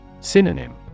Synonym